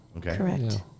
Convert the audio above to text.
Correct